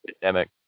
pandemic